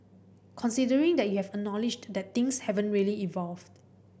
considering that you have acknowledged that things haven't really evolved